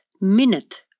minute